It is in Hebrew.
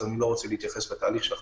אז אני לא רוצה להתייחס לתהליך של החקיקה.